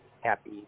happy